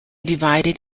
divided